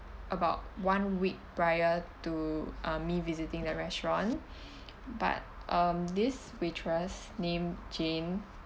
about one week prior to uh me visiting the restaurant but um this waitress named jane